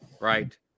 right